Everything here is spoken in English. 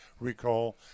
recall